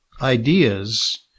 ideas